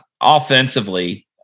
offensively